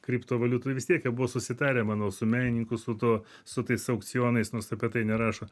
kriptovaliutų vis tiek jie buvo susitarę manau su menininku su tuo su tais aukcionais nors apie tai nerašo